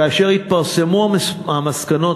כאשר יתפרסמו המסקנות,